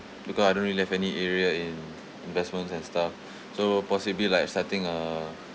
because I don't really have any area in investments and stuff so possibly like starting a